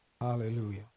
hallelujah